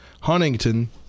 Huntington